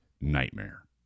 nightmare